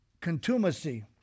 contumacy